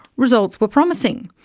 results were promising,